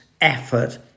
effort